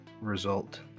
result